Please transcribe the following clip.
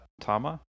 Tama